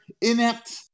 inept